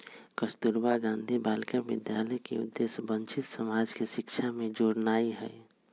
कस्तूरबा गांधी बालिका विद्यालय के उद्देश्य वंचित समाज के शिक्षा से जोड़नाइ हइ